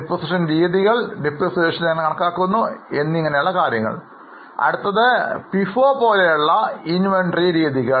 Depreciation രീതികൾ Depreciation എങ്ങനെ കണക്കാക്കുന്നു അടുത്തത് FIFO പോലുള്ള inventory രീതികൾ